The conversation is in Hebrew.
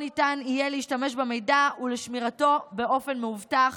ניתן יהיה להשתמש במידע ולשמירתו באופן מאובטח.